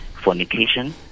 fornication